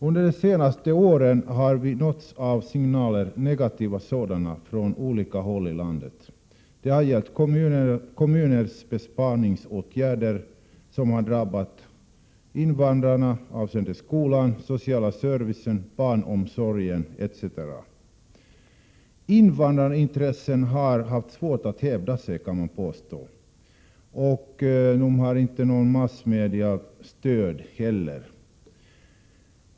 Under de senaste åren har vi nåtts av negativa signaler från olika håll i landet. Signalerna har gällt kommunernas besparingsåtgärder avseende skolan, sociala servicen, barnomsorgen etc. som har drabbat invandrarna. Invandrarintressen har haft svårt att hävda sig. De har inte heller något stöd från massmedia.